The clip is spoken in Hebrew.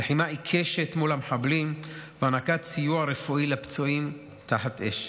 בלחימה עיקשת מול המחבלים ובהענקת סיוע רפואי לפצועים תחת אש.